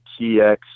TX